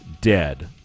Dead